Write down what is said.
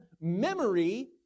memory